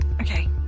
okay